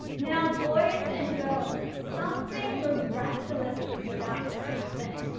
now, boys and girls something miraculous is about to happen,